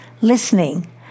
listening